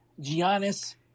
Giannis